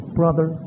brother